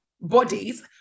bodies